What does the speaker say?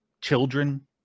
children